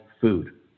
food